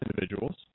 individuals